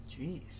Jeez